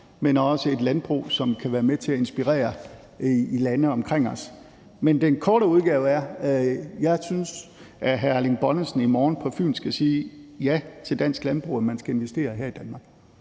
men også et landbrug, som kan være med til at inspirere i lande omkring os. Men den korte udgave er, at jeg synes, at hr. Erling Bonnesen i morgen på Fyn skal sige ja til dansk landbrug, altså at man skal investere her i Danmark.